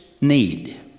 need